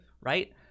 right